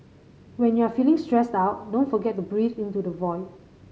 when you are feeling stressed out don't forget to breathe into the void